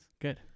Good